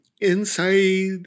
inside